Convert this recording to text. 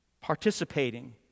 Participating